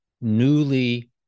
newly